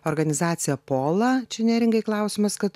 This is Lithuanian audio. organizacija pola čia neringai klausimas kad